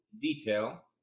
detail